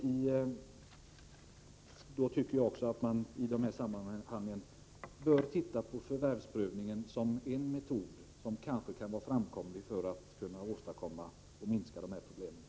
Jag tycker att i dessa sammanhang bör man titta på förvärvsprövningen som en metod som kanske kan vara framkomlig för att minska dessa problem.